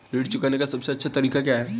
ऋण चुकाने का सबसे अच्छा तरीका क्या है?